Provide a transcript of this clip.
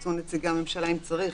רצו נציגי הממשלה אם צריך,